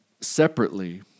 separately